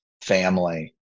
family